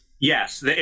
Yes